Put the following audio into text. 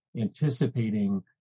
anticipating